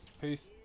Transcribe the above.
Peace